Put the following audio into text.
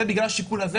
זה בגלל השיקול הזה,